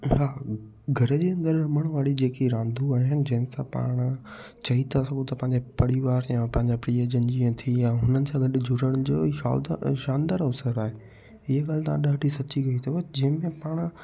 हा घर जे अंदरि रमणु वारी जेकी रांदूं आहिनि जंहिं सां पाण चई था सघूं त पंहिंजे परिवार या पंहिंजे प्रीयजन जीअं थी विया हुननि सां गॾु जुड़ण जो शौक़ु ऐं शानदार अवसर आहे हीअ ॻाल्हि तव्हां ॾाढी सची की अथव जंहिंमें पाण